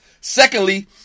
Secondly